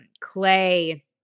Clay